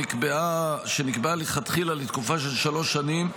שנקבעה לכתחילה לתקופה של שלוש שנים,